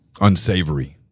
unsavory